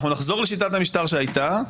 אנחנו נחזור לשיטת המשטר שהייתה,